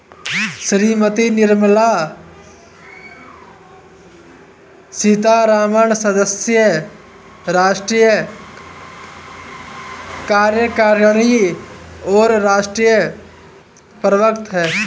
श्रीमती निर्मला सीतारमण सदस्य, राष्ट्रीय कार्यकारिणी और राष्ट्रीय प्रवक्ता हैं